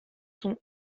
sont